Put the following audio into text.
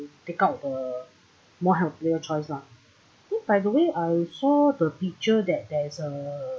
take out the more healthier choice ah by the way I saw the picture that there's a